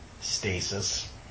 Stasis